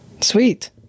Sweet